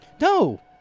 No